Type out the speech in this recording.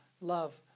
love